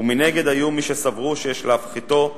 ומנגד היו מי שסברו שיש להפחיתו ל-40%.